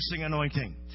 anointing